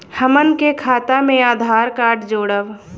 हमन के खाता मे आधार कार्ड जोड़ब?